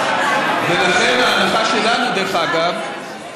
ולכן ההנחה שלנו, דרך אגב, היא